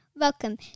Welcome